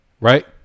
Right